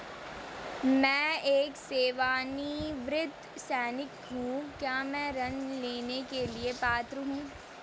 मैं एक सेवानिवृत्त सैनिक हूँ क्या मैं ऋण लेने के लिए पात्र हूँ?